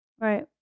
Right